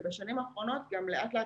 ובשנים האחרונות גם לאט-לאט,